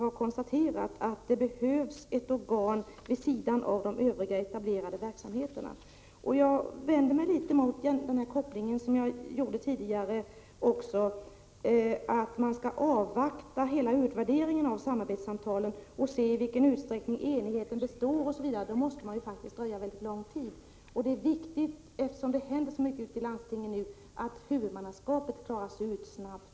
De menar att det är djupt diskriminerande och ovärdigt ett land som Sverige att det är så gott som omöjligt för handikappade att adoptera barn. Är handikapp ett hinder för adoption? Omiinte, är statsrådet beredd att aktivt medverka till att handikappade blir bedömda efter övriga kriterier och på likvärdig basis i adoptionsutredningen?